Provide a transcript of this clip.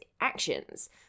actions